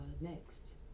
next